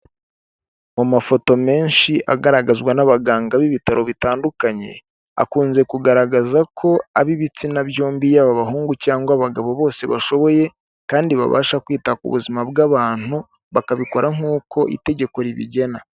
Mu mafoto menshi agaragazwa n'abaganga b'ibitaro bitandukanye, akunze kugaragaza ko ab'ibitsina byombi yaba abahungu cyangwa abagabo bose bashoboye kandi babasha kwita ku buzima bw'abantu bakabikora nk'uko itegeko ribigena.